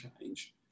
change